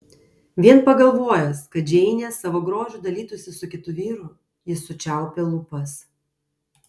vien pagalvojęs kad džeinė savo grožiu dalytųsi su kitu vyru jis sučiaupė lūpas